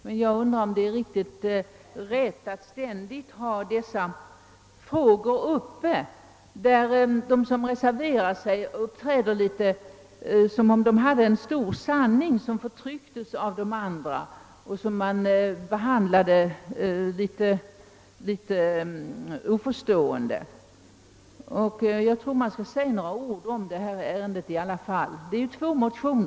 Men jag undrar om det är alldeles riktigt att ständigt behandla dessa frågor så, att de som reserverar sig kan uppträda som om de förde fram en stor sanning men förtrycktes av oss andra och möttes av oförstående. Jag vill därför säga några ord om ärendet. Två motioner har väckts.